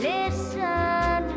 Listen